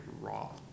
raw